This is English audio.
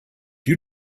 you